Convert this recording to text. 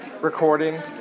recording